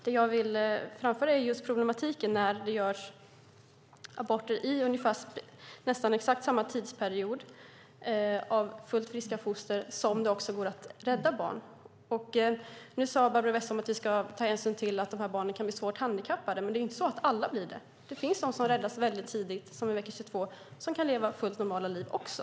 Det jag vill framhålla är just problematiken när det görs aborter av fullt friska foster vid nästan exakt samma tidpunkt som det också går att rädda barn. Barbro Westerholm sade att vi ska ta hänsyn till att de här barnen kan bli svårt handikappade, men det är inte så att alla blir det. Det finns de som räddas väldigt tidigt, som i vecka 22, som kan leva fullt normala liv också.